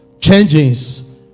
changes